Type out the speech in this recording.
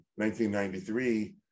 1993